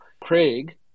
Craig